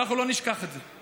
ואנחנו לא נשכח את זה.